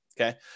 Okay